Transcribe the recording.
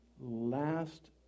last